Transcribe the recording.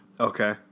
Okay